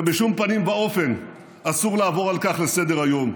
ובשום פנים ואופן אסור לעבור על כך לסדר-היום.